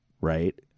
right